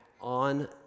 on